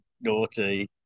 naughty